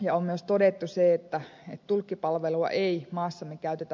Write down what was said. ja on myös todettu se että tulkkipalvelua ei maassamme käytetä väärin